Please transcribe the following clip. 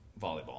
volleyball